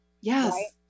Yes